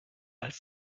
als